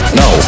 no